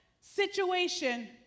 situation